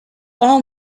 all